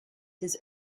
his